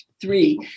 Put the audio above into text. three